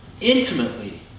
intimately